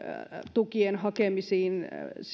tukien hakemisten